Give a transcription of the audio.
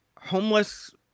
homeless